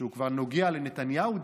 שנוגע דווקא לנתניהו,